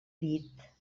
dit